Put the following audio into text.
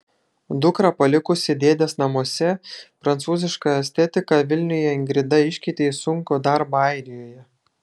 dukrą palikusi dėdės namuose prancūzišką estetiką vilniuje ingrida iškeitė į sunkų darbą airijoje